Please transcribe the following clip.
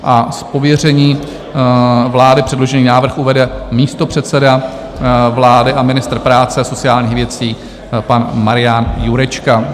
Z pověření vlády předložený návrh uvede místopředseda vlády a ministr práce a sociálních věcí pan Marian Jurečka.